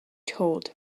told